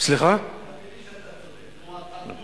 תאמין לי שאתה צודק.